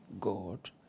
God